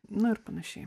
nu ir panašiai